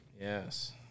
Yes